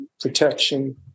protection